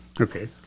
Okay